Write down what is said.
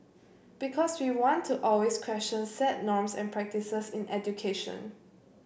because we want to always question set norms and practices in education